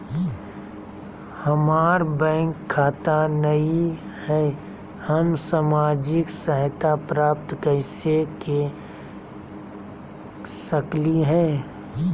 हमार बैंक खाता नई हई, हम सामाजिक सहायता प्राप्त कैसे के सकली हई?